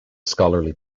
scholarly